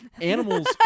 animals